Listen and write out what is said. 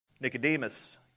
Nicodemus